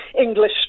English